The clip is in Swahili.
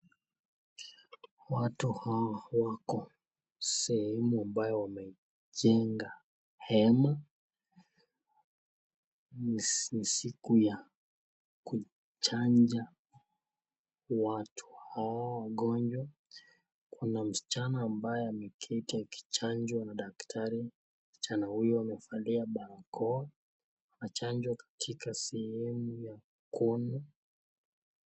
Watu hawa wako sehemu ambayo wamejenga hema. Ni siku ya kuchanja watu hawa wagonjwa. Kuna msichana ambaye ameketi akichanjwa na daktari. Msichana huyu amevalia barakoa. Achanjwa katika sehemu mkono.